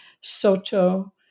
Soto